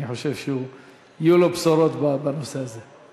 אני חושב שיהיו לו בשורות בנושא הזה.